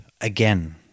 again